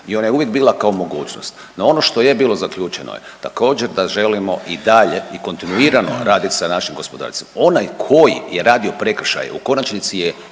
i ona je uvijek bila kao mogućnost. No ono što je bilo zaključeno je, također da želimo i dalje i kontinuirano raditi sa našim …/Govornik se ne razumije./… Onaj koji je radio prekršaje u konačnici je